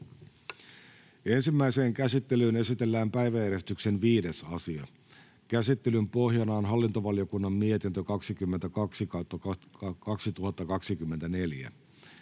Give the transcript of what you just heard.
Ensimmäiseen käsittelyyn esitellään päiväjärjestyksen 5. asia. Käsittelyn pohjana on hallintovaliokunnan mietintö HaVM 22/2024